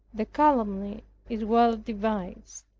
the calumny is well devised